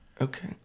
Okay